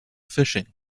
fishing